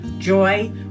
joy